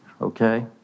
okay